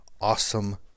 awesome